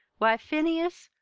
why, phineas,